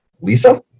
Lisa